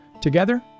Together